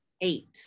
eight